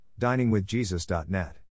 diningwithjesus.net